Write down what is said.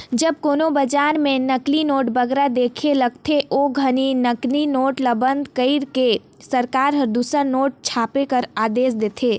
जब कोनो बजार में नकली नोट बगरा दिखे लगथे, ओ घनी नकली नोट ल बंद कइर के सरकार हर दूसर नोट छापे कर आदेस देथे